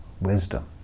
wisdom